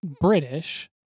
British